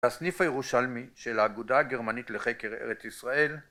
‫בסניף הירושלמי של ‫האגודה הגרמנית לחקר ארץ ישראל,